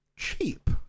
Cheap